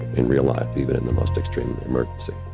in real life, even in the most extreme emergency.